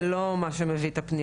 זה לא משהו שמביא את הפניות,